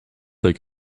like